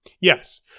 Yes